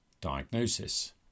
Diagnosis